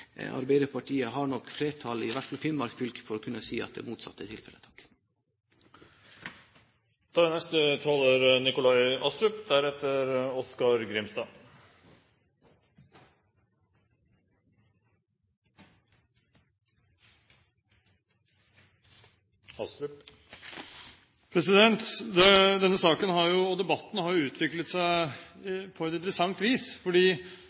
Arbeiderpartiet har nok flertall i hvert fall i Finnmark fylke for å kunne si at det motsatte er tilfellet. Debatten i denne saken har utviklet seg på et interessant vis, for hvis representanten Strøm, som det som vanlig var kraft i, og representanten Rudihagen stemmer som de prater, har jo